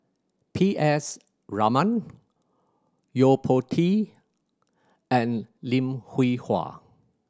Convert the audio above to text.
P S Raman Yo Po Tee and Lim Hwee Hua